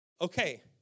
okay